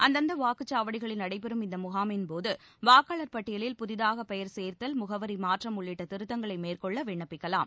அந்தந்த வாக்குச் சாவடிகளில் நடைபெறும் இந்த முகாமின்போது வாக்காளர் பட்டியலில் புதிதாக பெயர் சேர்த்தல் முகவரி மாற்றம் உள்ளிட்ட திருத்தங்களை மேற்கொள்ள விண்ணப்பிக்கலாம்